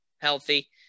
healthy